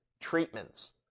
treatments